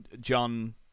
John